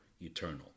eternal